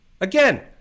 again